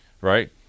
Right